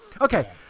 okay